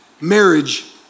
Marriage